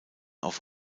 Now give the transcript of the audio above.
auf